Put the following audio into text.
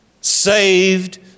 saved